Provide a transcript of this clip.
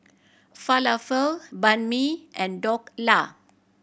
Falafel Banh Mi and Dhokla